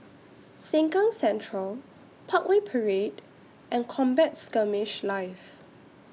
Sengkang Central Parkway Parade and Combat Skirmish Live